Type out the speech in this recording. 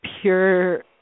pure